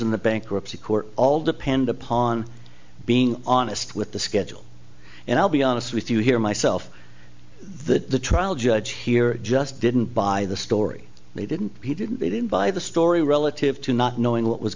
the bankruptcy court all depend upon being honest with the schedule and i'll be honest with you here myself the trial judge here just didn't buy the story they didn't he didn't they didn't buy the story relative to not knowing what was